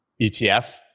ETF